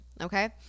Okay